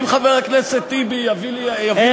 אם חבר הכנסת טיבי יביא ליושב-ראש,